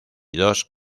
dos